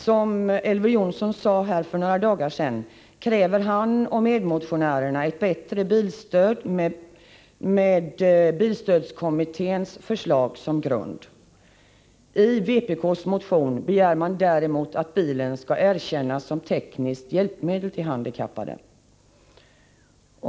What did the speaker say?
Som Elver Jonsson sade för några dagar sedan kräver han och hans medmotionärer ett bättre bilstöd med bilstödskommitténs förslag som grund. I vpk:s motion begär man däremot att bilen skall erkännas som tekniskt hjälpmedel till handikappade.